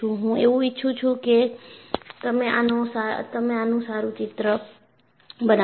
હું એવું ઈચ્છું છું કે તમે આનો સારૂ ચિત્ર બનાવો